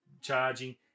charging